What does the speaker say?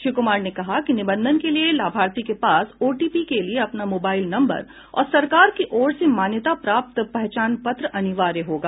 श्री कुमार ने कहा कि निबंधन के लिये लाभार्थी के पास ओटीपी के लिये अपना मोबाईल नम्बर और सरकार की ओर से मान्यता प्राप्त पहचान पत्र अनिवार्य होगा